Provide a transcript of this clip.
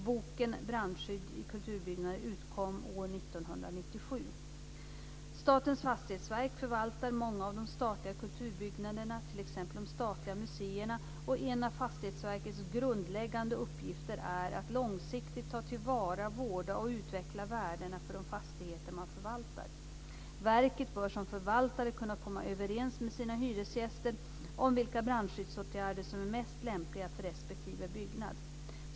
Boken Brandskydd i kulturbyggnader utkom år 1997. Statens fastighetsverk förvaltar många av de statliga kulturbyggnaderna, t.ex. de statliga museerna. En av Fastighetsverkets grundläggande uppgifter är att långsiktigt ta till vara, vårda och utveckla värdena för de fastigheter man förvaltar. Verket bör som förvaltare kunna komma överens med sina hyresgäster om vilka brandskyddsåtgärder som är mest lämpliga för respektive byggnad.